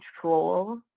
control